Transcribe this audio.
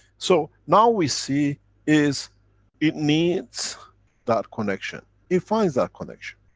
so now we see is it needs that connection. it finds that connection.